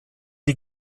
die